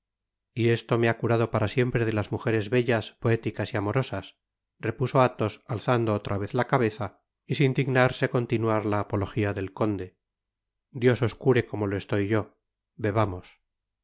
y esto me ha curado para siempre de las mujeres bellas poéticas y amorosas repuso athos alzando otra vez la cabeza y sin dignarse continuar la apolojia del conde dios os cure como lo estoy yo bebamos de